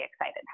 excited